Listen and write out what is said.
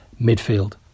midfield